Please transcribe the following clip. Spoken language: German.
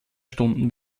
stunden